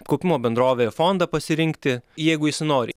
kaupimo bendrovę ir fondą pasirinkti jeigu jis nori